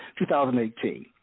2018